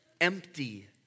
empty